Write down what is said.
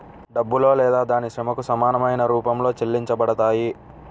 డబ్బులో లేదా దాని శ్రమకు సమానమైన రూపంలో చెల్లించబడతాయి